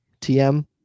TM